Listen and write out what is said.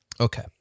okay